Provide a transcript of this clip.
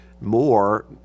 more